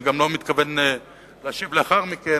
ואני גם לא מתכוון להשיב לאחר מכן.